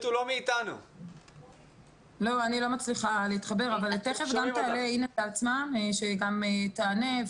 לא מצליחה להתחבר אבל תיכף גם תעלה אינה זלצמן שהיא גם תענה.